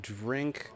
drink